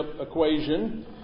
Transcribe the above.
equation